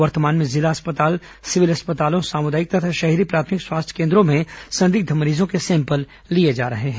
वर्तमान में जिला अस्पताल सिविल अस्पतालों सामुदायिक और शहरी प्राथमिक स्वास्थ्य केन्द्रों में संदिग्ध मरीजों के सैंपल लिए जा रहे हैं